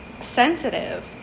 Sensitive